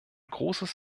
großes